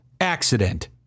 accident